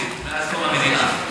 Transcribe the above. דרוזית מאז קום המדינה.